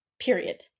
period